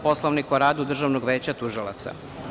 Poslovnika o radu Državnog veća tužilaca.